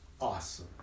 Awesome